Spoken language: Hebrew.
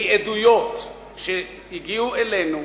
מעדויות שהגיעו אלינו,